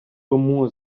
тому